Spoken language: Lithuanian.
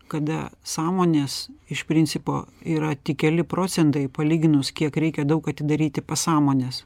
kada sąmonės iš principo yra tik keli procentai palyginus kiek reikia daug atidaryti pasąmonės